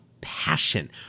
passion